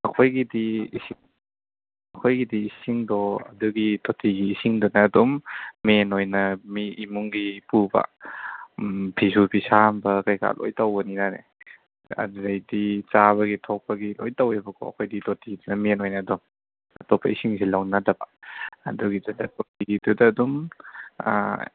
ꯑꯩꯈꯣꯏꯒꯤꯗꯤ ꯑꯩꯈꯣꯏꯒꯤꯗꯤ ꯏꯁꯤꯡꯗꯣ ꯑꯩꯈꯣꯏꯒꯤꯗꯤ ꯏꯁꯤꯡꯗꯣ ꯑꯗꯨꯒꯤ ꯇꯣꯇꯤꯒꯤ ꯏꯁꯤꯡꯗꯨꯅ ꯑꯗꯨꯝ ꯃꯦꯟ ꯑꯣꯏꯅ ꯃꯤ ꯏꯃꯨꯡꯒꯤ ꯄꯨꯕ ꯎꯝ ꯐꯤꯁꯨ ꯐꯤꯁꯥꯝꯕ ꯀꯩꯀꯥ ꯂꯣꯏ ꯇꯧꯕꯅꯤꯅꯅꯦ ꯑꯗꯨꯗꯩꯗꯤ ꯆꯥꯕꯒꯤ ꯊꯛꯄꯒꯤ ꯂꯣꯏ ꯇꯧꯋꯦꯕꯀꯣ ꯑꯩꯈꯣꯏꯗꯤ ꯇꯣꯇꯤꯁꯤꯅ ꯃꯦꯟ ꯑꯣꯏꯅ ꯑꯗꯨꯝ ꯑꯇꯣꯞꯄ ꯏꯁꯤꯡꯁꯦ ꯂꯧꯅꯗꯕ ꯑꯗꯨꯒꯤꯗꯨꯗ ꯇꯣꯇꯤꯗꯨꯗ ꯑꯗꯨꯝ